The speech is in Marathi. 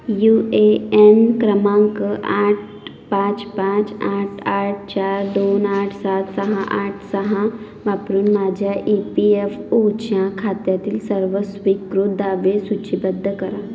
यू ए एन क्रमांक आठ पाच पाच आठ आठ चार दोन आठ सात सहा आठ सहा वापरून माझ्या ई पी एफ ओच्या खात्यातील सर्व स्वीकृत दावे सूचीबद्ध करा